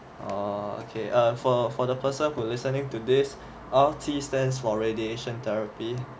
err okay err for for the person who's listening to this R_T stands for radiation therapy